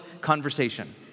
conversation